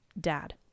dad